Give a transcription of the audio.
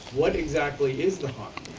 what exactly is the harm?